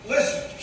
Listen